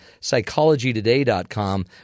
psychologytoday.com